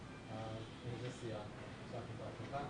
עוד --- שנמצא בעקרון